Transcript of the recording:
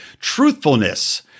truthfulness